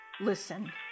Listen